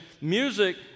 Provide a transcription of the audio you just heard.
Music